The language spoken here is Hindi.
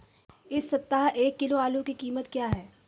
इस सप्ताह एक किलो आलू की कीमत क्या है?